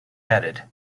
added